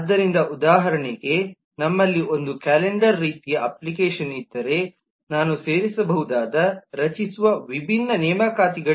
ಆದ್ದರಿಂದ ಉದಾಹರಣೆಗೆ ನಮ್ಮಲ್ಲಿ ಕ್ಯಾಲೆಂಡರ್ ರೀತಿಯ ಅಪ್ಲಿಕೇಶನ್ ಇದ್ದರೆ ವಿಭಿನ್ನವಾಗಿವೆ ನಾನು ಸೇರಿಸಬಹುದಾದ ರಚಿಸಬಹುದಾದ ನೇಮಕಾತಿಗಳು